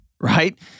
right